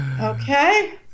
Okay